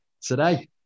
today